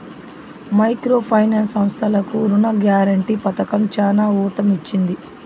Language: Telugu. మైక్రో ఫైనాన్స్ సంస్థలకు రుణ గ్యారంటీ పథకం చానా ఊతమిచ్చింది